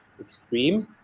extreme